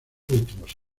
últimos